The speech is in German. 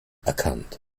erkannt